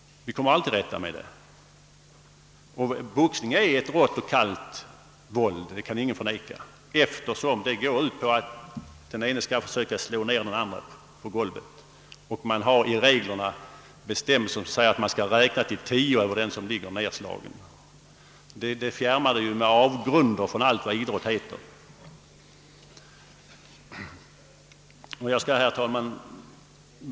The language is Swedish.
Vi kommer aldrig till rätta med det. Ingen kan förneka att boxning är ett rått och kallt våld, eftersom den går ut på att den ene skall försöka slå ner den andre på golvet och då det i reglerna sägs, att det skall räknas till tio över den som ligger nedslagen. Detta fjärmar boxningen med avgrunder från allt vad idrott heter. Herr talman!